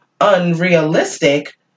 unrealistic